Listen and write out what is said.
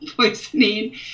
poisoning